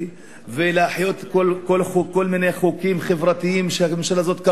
ולהחייאת כל מיני חוקים חברתיים שהממשלה הזאת קברה.